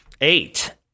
Eight